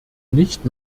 nicht